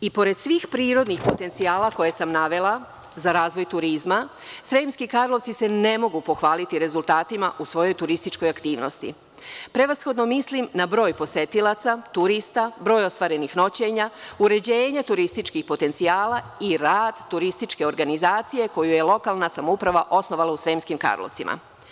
I pored svih prirodnih potencijala koje sam navela za razvoj turizma Sremski Karlovci se ne mogu pohvaliti rezultatima u svojoj turističkoj aktivnosti, prevashodno mislim na broj posetilaca, turista, broj ostvarenih noćenja, uređenja turističkih potencijala i rad turističke organizacije koju je lokalna samouprava osnovala u Sremskim Karlovcima.